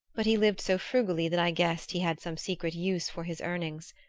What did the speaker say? but he lived so frugally that i guessed he had some secret use for his earnings.